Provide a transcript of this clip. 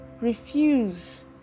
Refuse